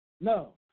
No